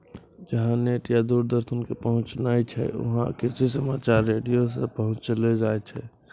जहां नेट या दूरदर्शन के पहुंच नाय छै वहां कृषि समाचार रेडियो सॅ पहुंचैलो जाय छै